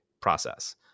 process